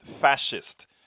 fascist